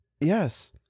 Yes